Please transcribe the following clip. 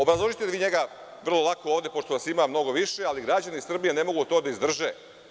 Obrazložićete vi njega vrlo lako ovde pošto vas ima mnogo više, ali građani Srbije ne mogu to da izdrže.